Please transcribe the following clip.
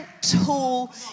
tool